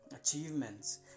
achievements